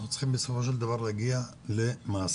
צריכים בסופו של דבר להגיע למעשים.